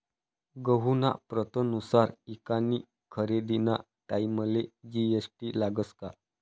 गहूना प्रतनुसार ईकानी खरेदीना टाईमले जी.एस.टी लागस का?